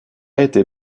été